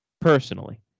personally